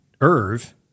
Irv